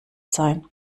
sein